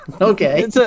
Okay